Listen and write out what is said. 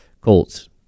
Colts